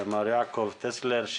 מר יעקב טסלר,